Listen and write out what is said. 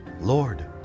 Lord